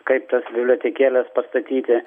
kaip tas bibliotekėlės pastatyti